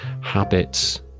habits